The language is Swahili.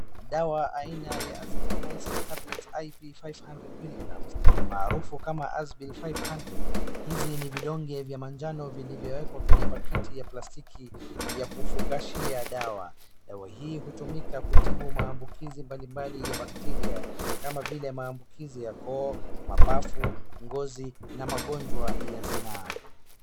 Dawa aina ya Azithromycin Tablet IP 500 miligrams, maarufu kama Asbill 500. Hizi ni vidonge vya manjano vilivyowekwa kwenye pakiti ya plastiki ya kufugashia dawa. Dawa hii hutumika kutibu maambukizi mbalimbali ya bakteria kama vile maambukizi ya koo, mapafu, ngozi, na magonjwa ya zinaa.